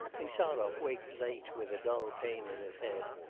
insarov waked late with a dull pain in his head,